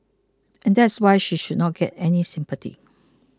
and that is why she should not get any sympathy